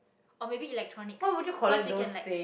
or maybe electronics 'cause he can like